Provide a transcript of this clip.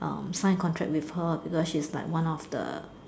um sign a contract with her because she's like one of the